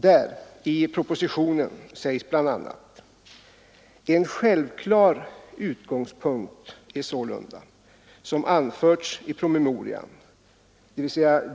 Där — alltså i propositionen — sägs bl.a.: ”En självklar utgångspunkt är sålunda, som anförts i promemorian ”dvs.